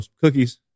cookies